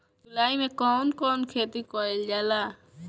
जुलाई मे कउन कउन खेती कईल जाला?